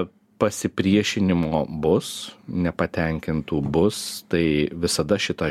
pasipriešinimo bus nepatenkintų bus tai visada šitą